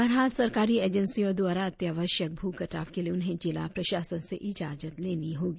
बहरहाल सरकारी एजेंसियो द्वारा अत्यावश्यक भु कटाव के लिए उन्हें जिला प्रशासन से इजाजत लेनी होगी